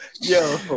Yo